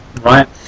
right